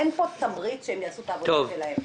אין פה תמריץ שהם יעשו את העבודה שלהם.